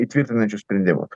įtvirtinančius sprendimus